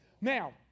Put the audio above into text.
Now